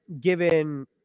given